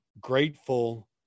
grateful